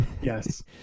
Yes